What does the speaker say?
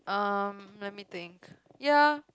um let me think yeah